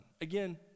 Again